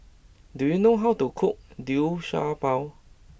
do you know how to cook Liu Sha Bao